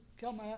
come